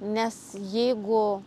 nes jeigu